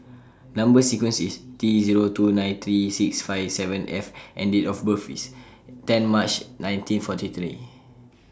Number sequence IS T Zero two nine three six five seven F and Date of birth IS ten March nineteen forty three